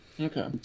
Okay